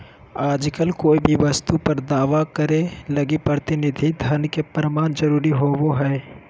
आजकल कोय भी वस्तु पर दावा करे लगी प्रतिनिधि धन के प्रमाण जरूरी होवो हय